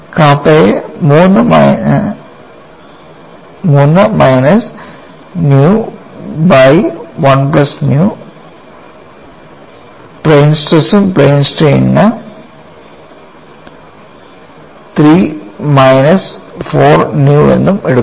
കാപ്പയെ 3 minus nu by 1 plus nu എന്നു plain സ്ട്രെസ്നും plain സ്ട്രെയിനിന് 3 മൈനസ് 4 ന്യൂ എന്നും എടുക്കുന്നു